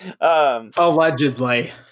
Allegedly